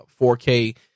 4K